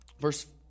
Verse